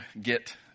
get